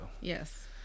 Yes